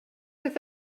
oedd